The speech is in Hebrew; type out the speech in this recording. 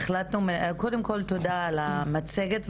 קודם כל תודה על המצגת,